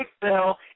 Bell